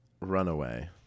Runaway